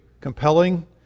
compelling